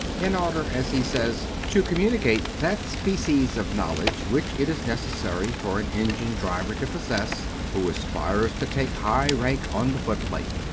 in order, as he says, to communicate that species of knowledge which it is necessary for an engine-driver to possess who aspires to take high rank on the footplate!